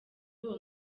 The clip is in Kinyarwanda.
uwo